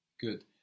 good